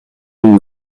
une